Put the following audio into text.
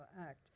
act